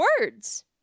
words